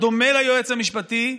בדומה ליועץ המשפטי,